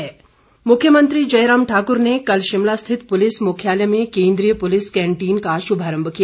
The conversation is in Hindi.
पुलिस कैंटीन मुख्यमंत्री जयराम ठाकुर ने कल शिमला स्थित पुलिस मुख्यालय में केन्द्रीय पुलिस कैन्टीन का शुभारम्भ किया